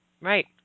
Right